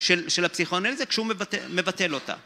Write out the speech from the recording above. של הפסיכואנליזה כשהוא מבטל אותה.